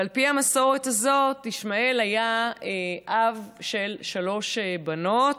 ועל פי המסורת הזאת ישמעאל היה אב של שלוש בנות: